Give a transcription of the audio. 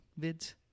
vids